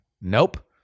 Nope